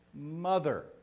mother